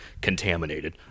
contaminated